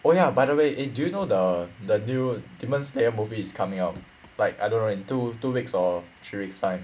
oh ya by the way eh do you know the the new demon slayer movie is coming out like I don't know in two two weeks or three weeks time